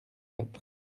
quatre